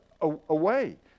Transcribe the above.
away